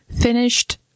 finished